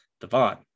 Devon